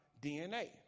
DNA